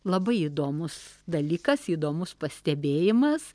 labai įdomus dalykas įdomus pastebėjimas